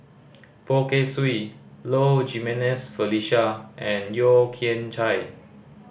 Poh Kay Swee Low Jimenez Felicia and Yeo Kian Chai